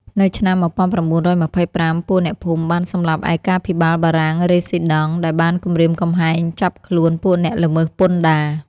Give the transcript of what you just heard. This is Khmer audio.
នៅឆ្នាំ១៩២៥ ពួកអ្នកភូមិបានសម្លាប់ឯកាភិបាលបារាំង រេស៊ី ដង់ ដែលបានគម្រាមកំហែងចាប់ខ្លួនពួកអ្នកល្មើសពន្ធដារ ។